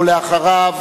אחריו,